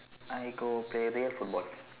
I go play real football